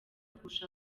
kurusha